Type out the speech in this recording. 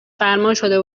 فرماشده